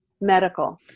medical